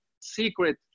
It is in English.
secret